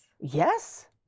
Yes